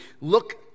look